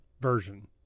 version